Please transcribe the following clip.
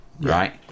right